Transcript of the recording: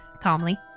calmly